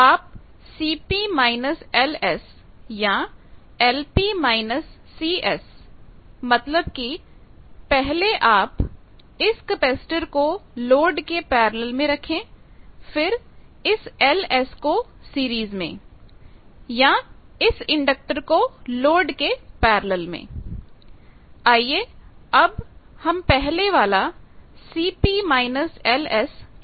आप Cp−LS या Lp−Cs मतलब कि पहले आप पहले ०२३६ समय पर स्लाइड देखे इस कपैसिटर को लोड के पैरेलल में रखे फिर इस Ls को सीरीज में या इस इंडक्टर को लोड के पैरेलल में ०२४८ समय पर स्लाइड देखे आइए अब हम पहले वाला Cp −LS चुनते हैं